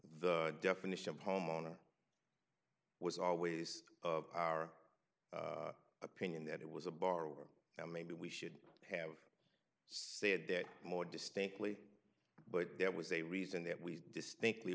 the definition pomona was always of our opinion that it was a bar or that maybe we should have said that more distinctly but there was a reason that we distinctly